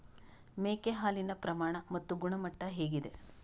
ಮೇಕೆ ಹಾಲಿನ ಪ್ರಮಾಣ ಮತ್ತು ಗುಣಮಟ್ಟ ಹೇಗಿದೆ?